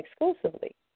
exclusively